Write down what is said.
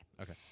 Okay